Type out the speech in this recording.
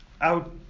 out